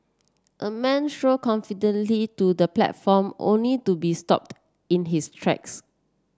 a man strode confidently to the platform only to be stopped in his tracks